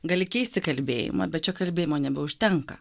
gali keisti kalbėjimą bet čia kalbėjimo nebeužtenka